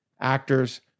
actors